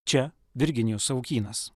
čia virginijus savukynas